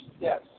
Yes